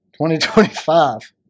2025